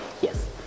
Yes